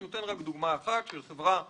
אני נותן דוגמה אחת של חברה מסוימת,